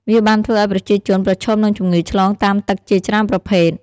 វាបានធ្វើឱ្យប្រជាជនប្រឈមនឹងជំងឺឆ្លងតាមទឹកជាច្រើនប្រភេទ។